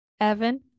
Evan